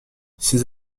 ces